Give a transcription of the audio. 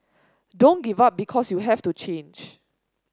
don't give up because you have to change